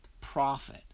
profit